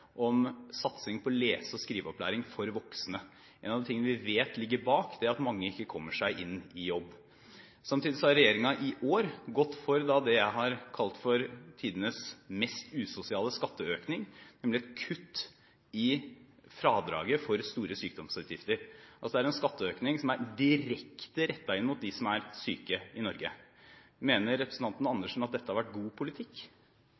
om satsing på lese- og skriveopplæring for voksne. Dette er en av de tingene vi vet ligger bak at mange ikke kommer seg i jobb. Samtidig har regjeringen i år gått for det jeg har kalt tidenes mest usosiale skatteøkning, nemlig et kutt i fradraget for store sykdomsutgifter, altså en skatteøkning som er direkte rettet inn mot dem som er syke i Norge. Mener representanten Andersen at dette har vært god politikk?